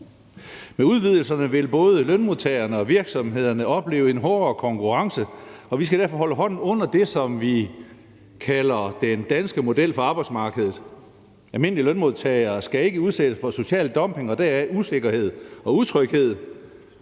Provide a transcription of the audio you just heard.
Med udvidelserne vil både lønmodtagerne og virksomhederne opleve en hårdere konkurrence, og vi skal derfor holde hånden under det, som vi kalder den danske model for arbejdsmarkedet. Almindelige lønmodtagere skal ikke udsættes for social dumping og deraf usikkerhed og utryghed,